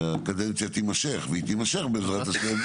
שהקדנציה תימשך והיא תימשך, בעזרת השם